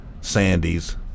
Sandy's